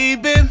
Baby